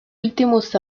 últimos